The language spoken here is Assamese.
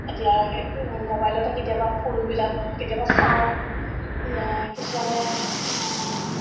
এতিয়া মোবাইলতে কেতিয়াবা ফুলবিলাক কেতিয়াবা চাওঁ কিছুমানে